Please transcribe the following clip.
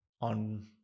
on